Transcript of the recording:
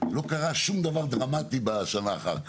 לא קרה שום דבר דרמטי בשנה אחר כך.